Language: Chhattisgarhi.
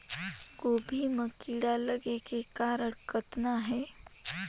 गोभी म कीड़ा लगे के कारण कतना हे?